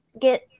get